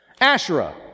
Asherah